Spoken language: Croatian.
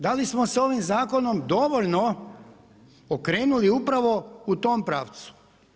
Da li smo sa ovim zakonom dovoljno okrenuli upravo u tom pravcu?